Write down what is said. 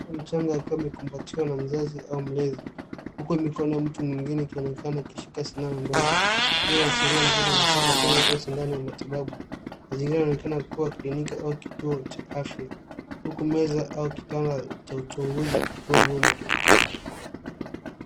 Mtoto changa akiwa amekumabtiwa na mzazi au mlezi huku mikono ya mtu mwengine ikionekana ikishikilia sindano ndogo. Hii inaonyesha mtoto anapata chanjo au sindano ya matibabu. Mazingira yanaonekana kuwa kliniki au kituo cha afya huku meza au kitanda cha uchunguzi kikiwa nyuma.